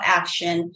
action